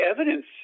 evidence